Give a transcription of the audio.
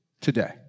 today